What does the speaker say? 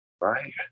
Right